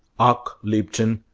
ach, liebchen,